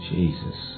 Jesus